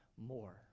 more